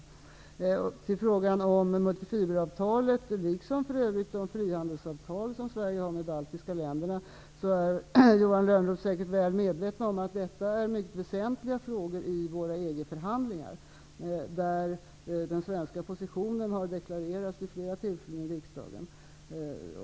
Så några ord i frågan om multifiberavtalet liksom för övrigt om de frihandelsavtal som Sverige har slutit med de baltiska länderna. Johan Lönnroth är säkert väl medveten om att dessa frågor är mycket väsentliga i våra EG-förhandlingar. Den svenska positionen har vid flera tillfällen deklarerats här i riksdagen.